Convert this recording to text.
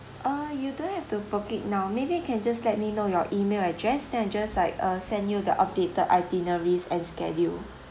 uh you don't have to book it now maybe can just let me know your email address then I'll just like uh send you the updated itineraries and schedule